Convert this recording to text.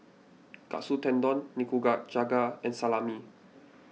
Katsu Tendon and Salami